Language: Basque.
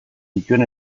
dituen